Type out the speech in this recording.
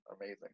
amazing